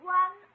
one